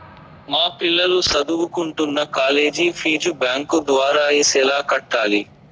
మా పిల్లలు సదువుకుంటున్న కాలేజీ ఫీజు బ్యాంకు ద్వారా ఎలా కట్టాలి?